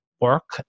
work